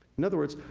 in other words,